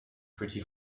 pretty